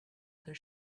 other